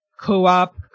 co-op